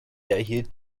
erhielt